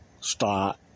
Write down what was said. start